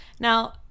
Now